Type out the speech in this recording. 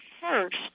first